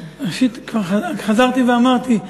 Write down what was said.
חזרתי ואמרתי: